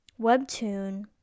Webtoon